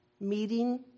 meeting